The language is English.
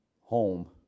home